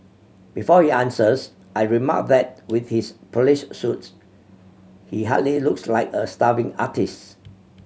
before he answers I remark that with his polished suits he hardly looks like a starving artist